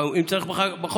אם צריך בחוק,